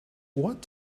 what